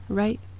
right